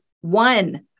One